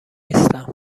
نیستم